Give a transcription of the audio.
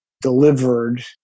delivered